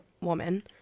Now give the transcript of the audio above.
woman